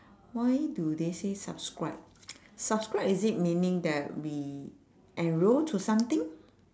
why do they say subscribe subscribe is it meaning that we enroll to something